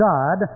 God